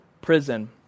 prison